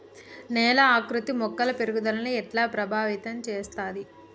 నేల ఆకృతి మొక్కల పెరుగుదలను ఎట్లా ప్రభావితం చేస్తది?